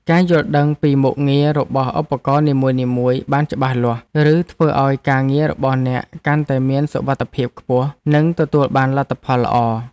ការយល់ដឹងពីមុខងាររបស់ឧបករណ៍នីមួយៗបានច្បាស់លាស់ នឹងធ្វើឱ្យការងាររបស់អ្នកកាន់តែមានសុវត្ថិភាពខ្ពស់ និងទទួលបានលទ្ធផលល្អ។